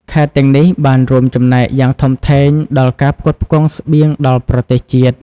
ខេត្តទាំងនេះ បានរួមចំណែកយ៉ាងធំធេងដល់ការផ្គត់ផ្គង់ស្បៀងដល់ប្រទេសជាតិ។